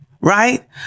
Right